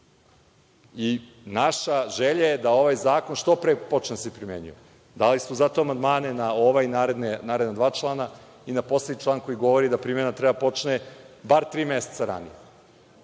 želja je da ovaj zakon što pre počne da se primenjuje. Dali smo zato amandmane na ovaj i naredna dva člana i na poslednji član koji govori da primena treba da počne bar tri meseca ranije.